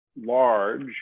large